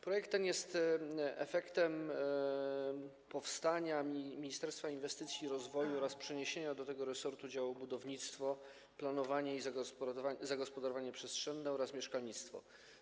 Projekt ten jest efektem powstania Ministerstwa Inwestycji i Rozwoju oraz przeniesienia do tego resortu działu budownictwa, planowania i zagospodarowania przestrzennego oraz mieszkalnictwa.